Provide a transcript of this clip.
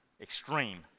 extreme